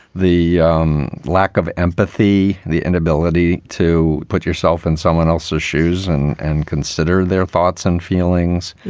the um lack of empathy, the inability to put yourself in someone else's shoes and and consider their thoughts and feelings.